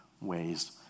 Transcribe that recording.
ways